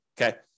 Okay